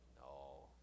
No